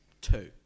two